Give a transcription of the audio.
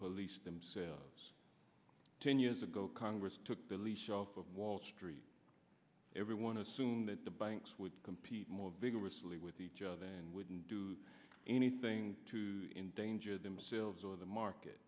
police themselves ten years ago congress took the leash off of wall street everyone assumed that the banks would compete more vigorously with each other and wouldn't do anything to endanger themselves or the market